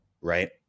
right